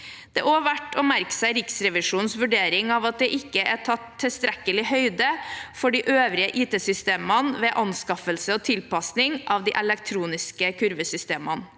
Det er også verdt å merke seg Riksrevisjonens vurdering av at det ikke er tatt tilstrekkelig høyde for de øvrige IT-systemene ved anskaffelse og tilpasning av de elektroniske kurvesystemene.